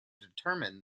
determine